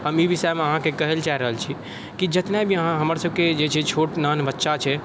हम ई विषयमे अहाँकेँ कहय लए चाहि रहल छी कि जितना भी अहाँ हमर सबके जे छै छोट नान बच्चा छै ओ